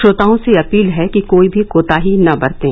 श्रोताओं से अपील है कि कोई भी कोताही न बरतें